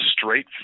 straight